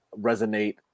resonate